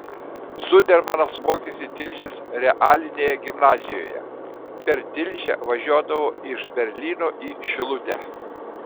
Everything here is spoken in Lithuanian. zudermanas mokėsi tilžės realinėje gimnazijoje per tilžę važiuodavo iš berlyno į šilutę